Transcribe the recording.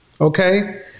okay